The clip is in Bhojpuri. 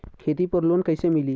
खेती पर लोन कईसे मिली?